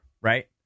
right